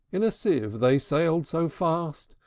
in a sieve they sailed so fast,